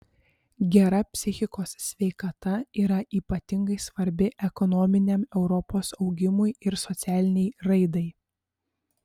gera psichikos sveikata yra ypatingai svarbi ekonominiam europos augimui ir socialinei raidai